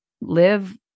live